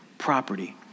Property